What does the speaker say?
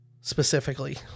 specifically